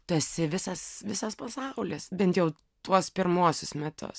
tu esi visas visas pasaulis bent jau tuos pirmuosius metus